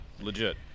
legit